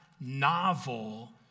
novel